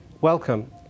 welcome